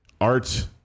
art